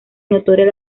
notorias